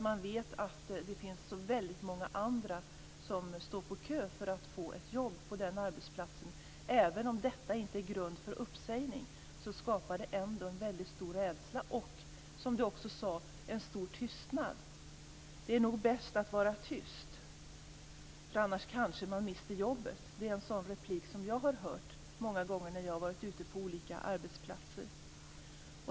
Man vet ju att det finns så väldigt många andra som står på kö för att få ett jobb på arbetsplatsen. Även om detta inte är grund för uppsägning skapar det en väldigt stor rädsla och, som Ronny Olander också sade, en stor tystnad. Det är nog bäst att vara tyst, för annars kanske man mister jobbet. Det är en sådan replik som jag har hört många gånger när jag har varit ute på olika arbetsplatser.